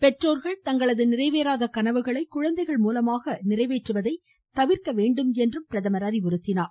பெற்றோர்கள் தங்களது நிறைவேறாத கனவுகளை குழந்தைகள் மூலமாக நிறைவேற்றுவதை தவிர்க்க வேண்டும் என்று அறிவுறுத்தினார்